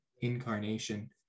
incarnation